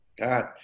god